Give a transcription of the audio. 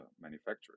manufacturer